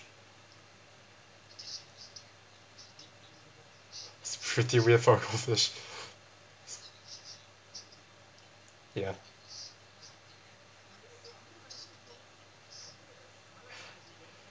it's pretty weird for a goldfish ya